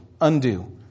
Undo